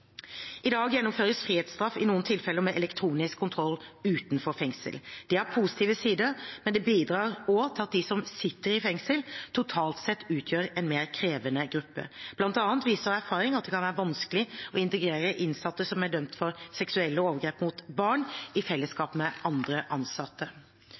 I dag gjennomføres frihetsstraff i noen tilfeller med elektronisk kontroll utenfor fengsel. Dette har positive sider, men det bidrar også til at de som sitter i fengsel, totalt sett utgjør en mer krevende gruppe. Blant annet viser erfaring at det kan være vanskelig å integrere innsatte som er dømt for seksuelle overgrep mot barn, i